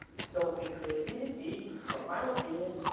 so the creativity, from my opinion,